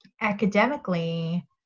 academically